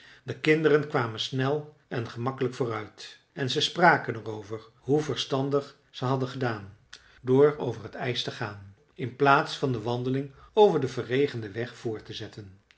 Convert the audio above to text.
de kinderen kwamen snel en gemakkelijk vooruit en ze spraken er over hoe verstandig ze hadden gedaan door over het ijs te gaan in plaats van de wandeling over den verregenden weg voort te zetten